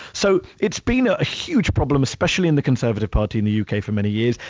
so it's been a huge problem, especially in the conservative party in the u. k. for many years.